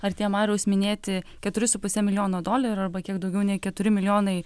ar tie mariaus minėti keturi su puse milijono dolerių arba kiek daugiau nei keturi milijonai